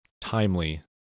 timely